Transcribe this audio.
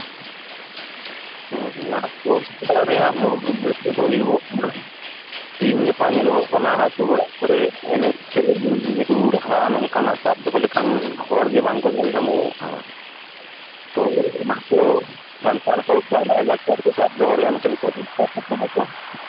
ᱱᱚᱣᱟ ᱠᱳᱨᱥ ᱠᱚᱨᱟᱣ ᱨᱮᱭᱟᱜ ᱢᱩᱲ ᱩᱫᱫᱮᱥᱥᱚ ᱫᱚ ᱦᱩᱭᱩᱜ ᱠᱟᱱᱟ ᱛᱮᱦᱮᱧ ᱜᱟᱯᱟ ᱧᱮᱞᱚᱜᱚᱜ ᱠᱟᱱᱟ ᱟᱛᱳ ᱚᱲᱟᱜ ᱠᱚᱨᱮᱜ ᱮᱱᱮᱡ ᱥᱮᱨᱮᱧ ᱨᱩ ᱨᱟᱦᱟ ᱱᱚᱝᱠᱟᱱᱟᱜ ᱥᱟᱵ ᱫᱚᱦᱚ ᱞᱮᱠᱟᱱ ᱦᱚᱲᱜᱮ ᱵᱟᱝᱠᱚ ᱧᱟᱢᱚᱜᱚᱜ ᱠᱟᱱᱟ ᱛᱳ ᱚᱱᱟ ᱠᱚ ᱥᱟᱱᱛᱟᱲᱛᱮ ᱵᱟᱲᱟᱭ ᱚᱱᱟ ᱠᱚ ᱥᱟᱵ ᱫᱚᱦᱚ ᱨᱮᱭᱟ ᱯᱚᱨᱤᱠᱟᱴᱷᱟᱢᱳ ᱯᱨᱚᱛᱷᱚᱢᱚᱛᱚ